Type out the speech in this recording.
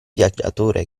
viaggiatore